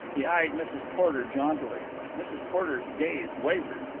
he eyed mrs. porter jauntily. mrs. porter's gaze wavered.